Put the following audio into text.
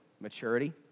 maturity